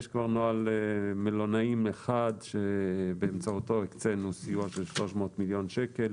יש כבר נוהל מלונאים אחד שבאמצעותו הקצנו סיוע של 300 מיליון שקל,